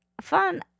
fun